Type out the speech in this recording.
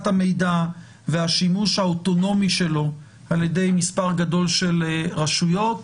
המידע והשימוש האוטונומי שלו על-ידי מספר גדול של רשויות,